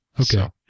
okay